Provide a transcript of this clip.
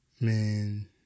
Man